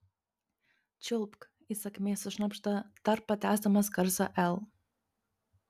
čiulpk įsakmiai sušnabžda dar patęsdamas garsą l